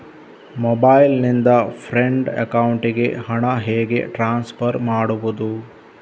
Mobile ನಿಂದ friend ಅಕೌಂಟಿಗೆ ಹಣ ಹೇಗೆ ಟ್ರಾನ್ಸ್ಫರ್ ಮಾಡುವುದು?